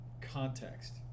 context